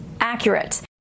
accurate